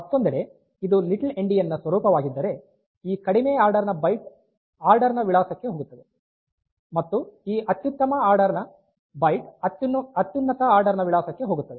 ಮತ್ತೊಂದೆಡೆ ಇದು little endian ನ ಸ್ವರೂಪವಾಗಿದ್ದರೆ ಈ ಕಡಿಮೆ ಆರ್ಡರ್ ನ ಬೈಟ್ ಆರ್ಡರ್ ನ ವಿಳಾಸಕ್ಕೆ ಹೋಗುತ್ತದೆ ಮತ್ತು ಈ ಅತ್ಯುನ್ನತ ಆರ್ಡರ್ ನ ಬೈಟ್ ಅತ್ಯುನ್ನತ ಆರ್ಡರ್ ನ ವಿಳಾಸಕ್ಕೆ ಹೋಗುತ್ತದ